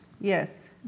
yes